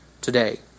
today